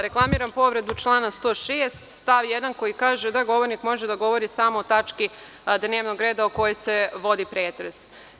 Reklamiram povredu člana 106. stav 1. koji kaže da govornik može da govori samo o tački dnevnog reda o kojoj se vodi pretres.